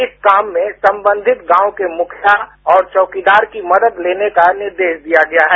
इस काम में संबंधित गांव के मुखिया और चौकीदार की मदद लेने का निर्देश दिया गया है